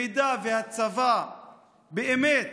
אם הצבא באמת